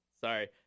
Sorry